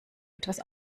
etwas